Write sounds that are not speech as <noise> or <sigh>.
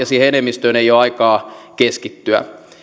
<unintelligible> siihen enemmistöön ei ole aikaa keskittyä